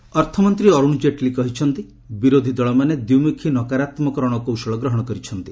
ଅର୍ଗଣ୍ ଜେଟ୍ଲୀ ଅର୍ଥମନ୍ତ୍ରୀ ଅର୍ଥଣ ଜେଟ୍ଲୀ କହିଛନ୍ତି ବିରୋଧୀ ଦଳମାନେ ଦ୍ୱିମ୍ରଖୀ ନକାରାତ୍ମକ ରଣକୌଶଳ ଗ୍ରହଣ କରିଛନ୍ତି